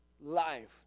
life